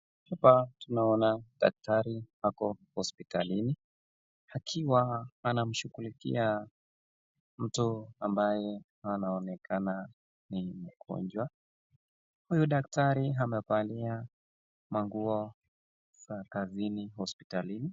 Hapa tunaona daktari ako hospitalini akiwa anamshughulikia mtu ambaye anaonekana ni mgonjwa. Huyo daktari amevalia manguo ya kazini hospitalini.